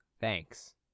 Thanks